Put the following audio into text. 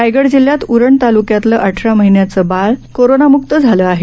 रायगड जिल्ह्यात उरण तालुक्यातलं अठरा महिन्यांचं एक बालक कोरोना मुक्त झालं आहे